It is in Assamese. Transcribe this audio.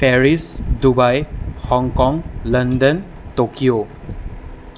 Paris Dubai Hong Kong London Tokyo